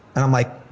and i'm like,